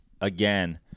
again